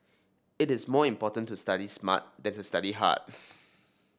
it is more important to study smart than to study hard